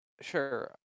sure